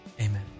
amen